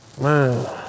Man